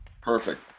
perfect